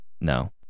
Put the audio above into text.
no